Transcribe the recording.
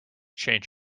change